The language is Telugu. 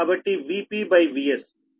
కాబట్టి VpVs